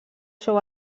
show